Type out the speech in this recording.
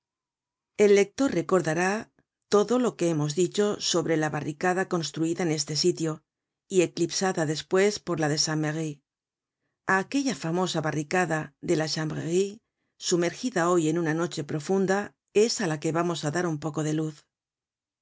lector recordará todo lo que hemos dicho sobre la barricada construida en este sitio y eclipsada despues por la de san merry a aquella famosa barricada de la chanvrerie sumergida hoy en una noche profunda es á la que vamos á dar un poco de luz